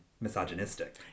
misogynistic